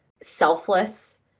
selfless